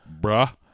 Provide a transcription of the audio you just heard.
Bruh